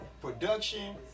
production